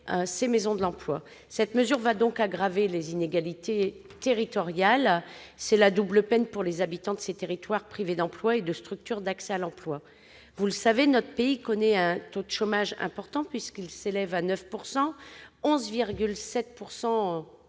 ces maisons de l'emploi. Cette mesure aggravera donc les inégalités territoriales. C'est la double peine pour les habitants de ces territoires, privés d'emploi et de structures d'accès à l'emploi ! Vous le savez, mes chers collègues, notre pays connaît un taux de chômage élevé, puisqu'il s'établit à 9 %- 11,7